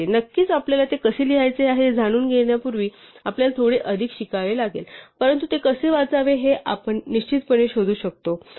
नक्कीच आपल्याला ते कसे लिहायचे हे जाणून घेण्यापूर्वी आपल्याला थोडे अधिक शिकावे लागेल परंतु ते कसे वाचावे हे आपण निश्चितपणे शोधू शकतो